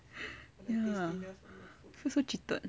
ya feel so cheated